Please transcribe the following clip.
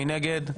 מי נגד?